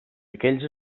aquells